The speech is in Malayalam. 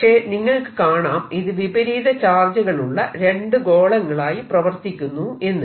പക്ഷെ നിങ്ങൾക്ക് കാണാം ഇത് വിപരീത ചാർജുകളുള്ള രണ്ടു ഗോളങ്ങളായി പ്രവർത്തിക്കുന്നു എന്ന്